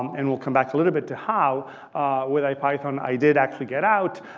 and we'll come back a little bit to how with ipython i did actually get out.